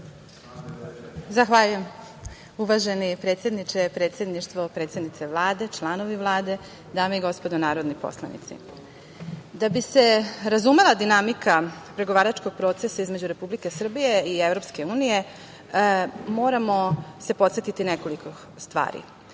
Zahvaljujem. Uvaženi predsedniče, predsedništvo, predsednice Vlade, članovi Vlade, dame i gospodo narodni poslanici, da bi se razumela dinamika pregovaračkog procesa između Republike Srbije i EU, moramo se podsetiti nekoliko stvari. Najpre